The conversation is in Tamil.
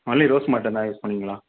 மல்லிகை ரோஸ் மட்டும் தான் யூஸ் பண்ணுவீங்களா